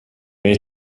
wenn